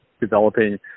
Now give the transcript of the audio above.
developing